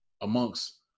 amongst